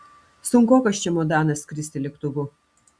sunkokas čemodanas skristi lėktuvu